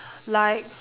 like